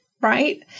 right